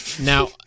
Now